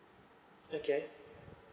okay